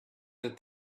that